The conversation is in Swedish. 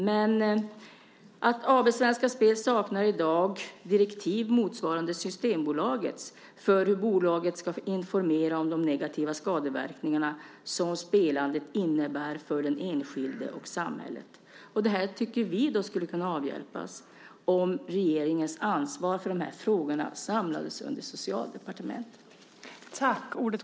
Men AB Svenska Spel saknar i dag direktiv motsvarande Systembolagets för hur bolaget ska informera om de negativa skadeverkningar som spelandet innebär för den enskilde och för samhället. Det tycker vi skulle kunna avhjälpas om regeringens ansvar för frågorna samlades under Socialdepartementet.